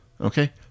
okay